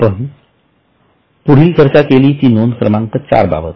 आपण पुढील चर्चा केली ती नोंद क्रमांक चार बाबत